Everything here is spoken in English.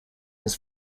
his